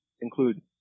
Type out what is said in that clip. include